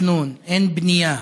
אין תכנון, אין בנייה,